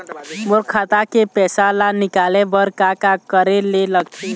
मोर खाता के पैसा ला निकाले बर का का करे ले लगथे?